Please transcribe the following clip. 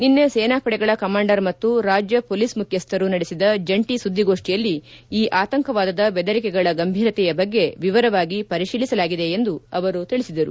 ನಿನ್ನೆ ಸೇನಾಪಡೆಗಳ ಕಮಾಂಡರ್ ಮತ್ತು ರಾಜ್ಯ ಮೊಲೀಸ್ ಮುಖ್ಯಸ್ಥರು ನಡೆಸಿದ ಜಂಟಿ ಸುದ್ದಿಗೋಷ್ಠಿಯಲ್ಲಿ ಈ ಆತಂಕವಾದದ ಬೆದರಿಕೆಗಳ ಗಂಭೀರತೆಯ ಬಗ್ಗೆ ವಿವರವಾಗಿ ಪರಿಶೀಲಿಸಲಾಗಿದೆ ಎಂದು ತಿಳಿಸಿದರು